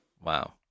Wow